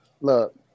look